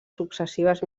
successives